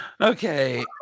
Okay